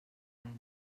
anys